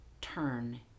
turn